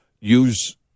Use